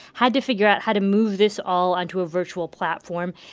had to figure out how to move this all onto a virtual platform.